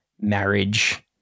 Marriage